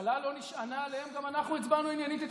כשהממשלה לא נשענה עליהם גם אנחנו הצבענו עניינית איתכם.